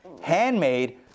Handmade